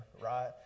right